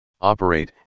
operate